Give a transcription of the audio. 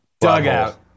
Dugout